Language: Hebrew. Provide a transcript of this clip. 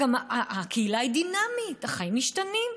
הקהילה היא דינמית, החיים משתנים.